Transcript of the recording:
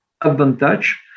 advantage